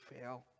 fail